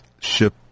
ship